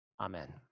Amen